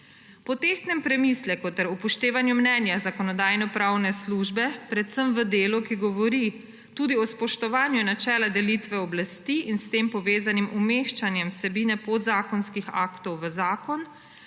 Po tehtnem premisleku ter upoštevanju mnenja Zakonodajno-pravne službe predvsem v delu, ki govori tudi o spoštovanju načela delitve oblasti in s tem povezanim umeščanjem vsebine podzakonskih aktov v zakon,